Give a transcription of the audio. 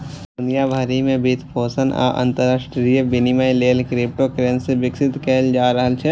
दुनिया भरि मे वित्तपोषण आ अंतरराष्ट्रीय विनिमय लेल क्रिप्टोकरेंसी विकसित कैल जा रहल छै